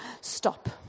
stop